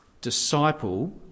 Disciple